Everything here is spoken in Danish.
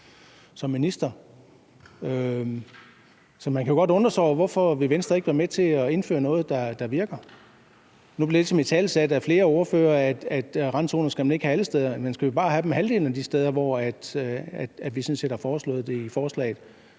som minister. Så man kan godt undre sig over, hvorfor Venstre ikke vil være med til at indføre noget, der virker. Nu bliver det ligesom italesat af flere ordførere, at randzoner skal man ikke have alle steder, men skal vi bare have dem halvdelen af de steder, som vi sådan set har foreslået i forslaget,